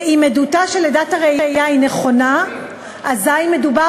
ואם עדותה של עדת הראייה היא נכונה אזי מדובר